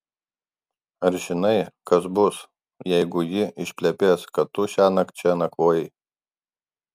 ar žinai kas bus jeigu ji išplepės kad tu šiąnakt čia nakvojai